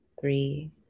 three